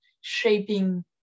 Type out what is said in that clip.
shaping